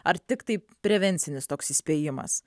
ar tiktai prevencinis toks įspėjimas